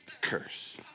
curse